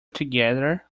together